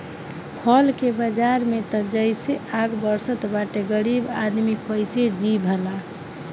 फल के बाजार में त जइसे आग बरसत बाटे गरीब आदमी कइसे जी भला